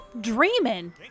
dreaming